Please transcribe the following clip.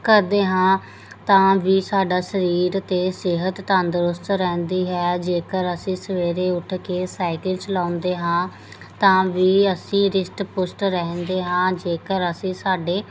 ਕਰਦੇ ਹਾਂ ਤਾਂ ਵੀ ਸਾਡਾ ਸਰੀਰ ਅਤੇ ਸਿਹਤ ਤੰਦਰੁਸਤ ਰਹਿੰਦੀ ਹੈ ਜੇਕਰ ਅਸੀਂ ਸਵੇਰੇ ਉੱਠ ਕੇ ਸਾਈਕਲ ਚਲਾਉਂਦੇ ਹਾਂ ਤਾਂ ਵੀ ਅਸੀਂ ਰਿਸ਼ਟ ਪੁਸ਼ਟ ਰਹਿੰਦੇ ਹਾਂ ਜੇਕਰ ਅਸੀਂ ਸਾਡੇ